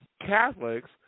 Catholics